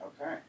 Okay